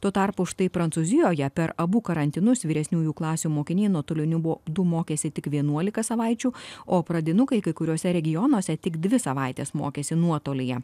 tuo tarpu štai prancūzijoje per abu karantinus vyresniųjų klasių mokiniai nuotoliniu būdu mokėsi tik vienuolika savaičių o pradinukai kai kuriuose regionuose tik dvi savaites mokėsi nuotolyje